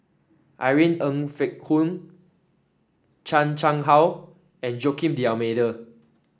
Irene Ng Phek Hoong Chan Chang How and Joaquim D'Almeida